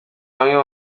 bamwe